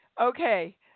Okay